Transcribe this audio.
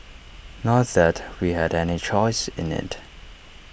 not that we had any choice in IT